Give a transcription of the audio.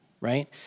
right